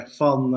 van